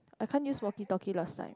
I can't use walkie talkie last time